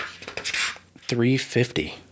350